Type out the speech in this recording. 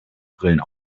brillen